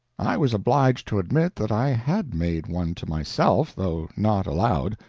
i was obliged to admit that i had made one to myself, though not aloud.